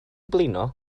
blino